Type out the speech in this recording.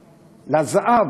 לזהב.